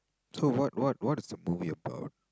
so what what what is the movie about